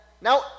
now